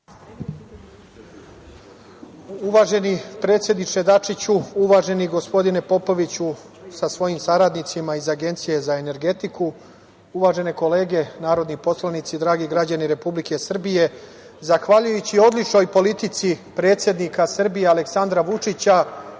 Uvaženi predsedniče Dačiću, uvaženi gospodine Popoviću sa svojim saradnicima iz Agencije za energetiku, uvažene kolege narodni poslanici, dragi građani Republike Srbije, zahvaljujući odličnoj politici predsednika Srbije Aleksandra Vučića,